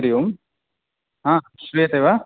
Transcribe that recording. हरिः ओम् हा श्रूयते वा